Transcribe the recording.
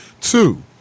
Two